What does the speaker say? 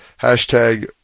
Hashtag